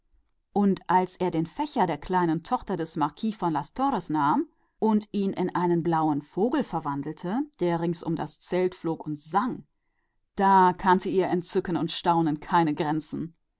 und als er den fächer der kleinen tochter der marquise de las torres nahm und ihn in einen blauen vogel verwandelte der im ganzen zelt umherflog und sang da kannte ihr staunen und ihre freude keine grenzen